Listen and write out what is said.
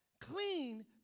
clean